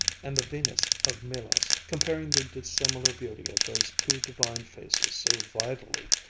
and the venus of melos, comparing the dissimilar beauty of those two divine faces so vitally,